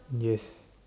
yes